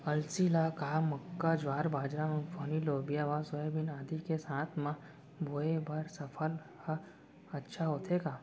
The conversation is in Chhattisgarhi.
अलसी ल का मक्का, ज्वार, बाजरा, मूंगफली, लोबिया व सोयाबीन आदि के साथ म बोये बर सफल ह अच्छा होथे का?